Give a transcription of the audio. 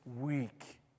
weak